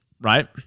right